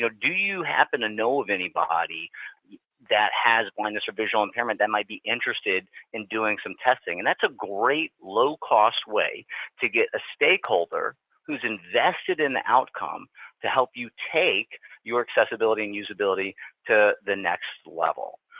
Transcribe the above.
do you happen to know of anybody that has blindness or visual impairment that might be interested in doing some testing? and that's a great, low-cost way to get a stakeholder who's invested in the outcome to help you take your accessibility and usability to the next level.